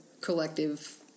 collective